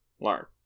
learn